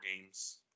games